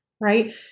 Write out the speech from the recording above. right